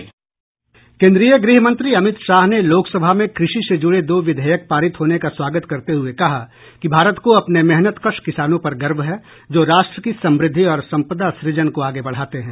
केन्द्रीय गृहमंत्री अमित शाह ने लोकसभा में कृषि से जुडे दो विधेयक पारित होने का स्वागत करते हुए कहा कि भारत को अपने मेहनतकश किसानों पर गर्व है जो राष्ट्र की समृद्धि और संपदा सृजन को आगे बढाते हैं